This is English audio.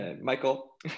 Michael